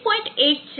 1 છે